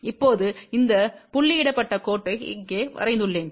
இப்போது இந்த புள்ளியிடப்பட்ட கோட்டை இங்கே வரைந்துள்ளேன்